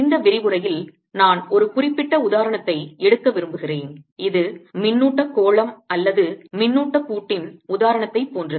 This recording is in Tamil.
இந்த விரிவுரையில் நான் ஒரு குறிப்பிட்ட உதாரணத்தை எடுக்க விரும்புகிறேன் இது மின்னூட்டக் கோளம் அல்லது மின்னூட்டக் கூட்டின் உதாரணத்தைப் போன்றது